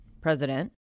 president